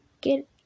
get